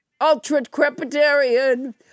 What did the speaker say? ultra-crepidarian